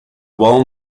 well